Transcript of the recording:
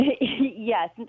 Yes